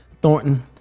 Thornton